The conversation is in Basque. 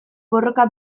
borroka